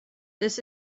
this